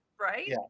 right